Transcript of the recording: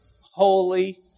holy